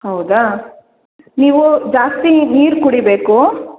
ಹೌದಾ ನೀವು ಜಾಸ್ತಿ ನೀರು ಕುಡಿಯಬೇಕು